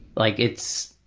like it's,